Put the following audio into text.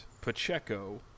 Pacheco